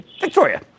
Victoria